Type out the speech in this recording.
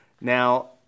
Now